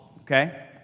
okay